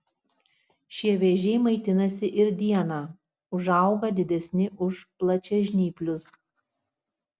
šie vėžiai maitinasi ir dieną užauga didesni už plačiažnyplius